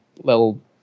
little